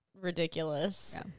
ridiculous